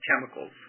chemicals